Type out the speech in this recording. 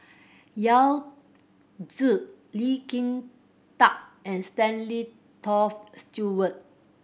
Yao Zi Lee Kin Tat and Stanley Toft Stewart